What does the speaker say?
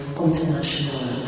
international